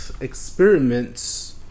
experiments